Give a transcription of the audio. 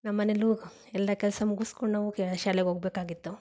ನಮ್ಮ ಮನೇಲೂ ಎಲ್ಲ ಕೆಲಸ ಮುಗುಸ್ಕೊಂಡು ನಾವು ಶಾಲೆಗೆ ಹೋಗಬೇಕಾಗಿತ್ತು